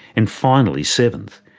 and, finally, seventh,